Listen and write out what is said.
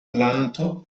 planto